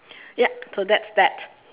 yup so that's that